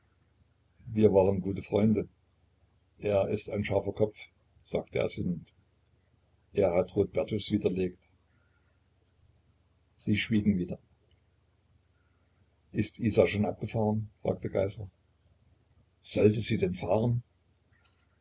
wir waren gute freunde er ist ein scharfer kopf sagte er sinnend er hat rodbertus widerlegt sie schwiegen wieder ist isa schon abgefahren fragte geißler sollte sie denn fahren